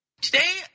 Today